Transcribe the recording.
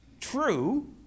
true